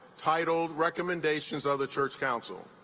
titled recommendations of the church council.